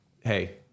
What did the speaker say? hey